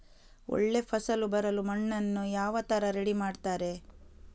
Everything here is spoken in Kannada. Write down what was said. ಒಳ್ಳೆ ಫಸಲು ಬರಲು ಮಣ್ಣನ್ನು ಯಾವ ತರ ರೆಡಿ ಮಾಡ್ತಾರೆ?